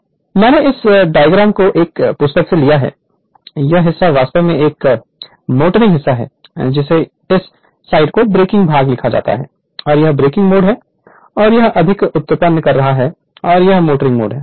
Refer Slide Time 1849 मैंने इस diagram कोएक पुस्तक से लिया है यह हिस्सा वास्तव में एक मोटरिंग हिस्सा है जिसे इस साइड को ब्रेकिंग भाग लिखा जाता है और यह ब्रेकिंग मोड है और यह अधिक उत्पन्न कर रहा है और यह मोटरिंग मोड है